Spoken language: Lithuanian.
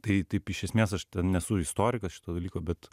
tai taip iš esmės aš nesu istorikas šito dalyko bet